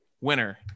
winner